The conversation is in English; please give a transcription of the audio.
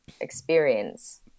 experience